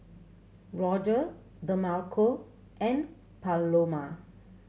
Roger Demarco and Paloma